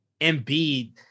Embiid